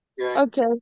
Okay